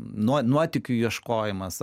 nuo nuotykių ieškojimas